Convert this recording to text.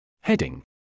Heading